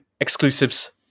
exclusives